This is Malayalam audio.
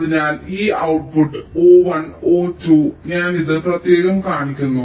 അതിനാൽ ഈ ഔട്ട്പുട്ട് O1 O2 ഞാൻ ഇത് പ്രത്യേകം കാണിക്കുന്നു